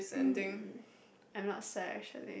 mm I'm not sad actually